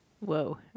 Whoa